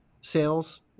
sales